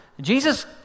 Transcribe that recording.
Jesus